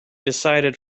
decided